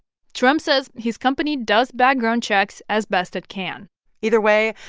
trump says his company does background checks as best it can either way,